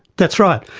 that's right.